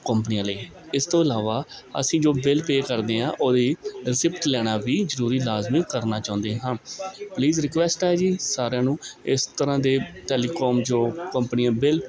ਕੰਪਨੀਆਂ ਲਈ ਇਸ ਤੋਂ ਇਲਾਵਾ ਅਸੀਂ ਜੋ ਬਿੱਲ ਪੇਅ ਕਰਦੇ ਹਾਂ ਉਹਦੀ ਰਸਿਪਟ ਲੈਣਾ ਵੀ ਜ਼ਰੂਰੀ ਲਾਜ਼ਮੀ ਕਰਨਾ ਚਾਹੁੰਦੇ ਹਾਂ ਪਲੀਜ਼ ਰਿਕੁਐਸਟ ਹੈ ਜੀ ਸਾਰਿਆਂ ਨੂੰ ਇਸ ਤਰ੍ਹਾਂ ਦੇ ਟੈਲੀਕੋਮ ਜੋ ਕੰਪਨੀਆਂ ਬਿੱਲ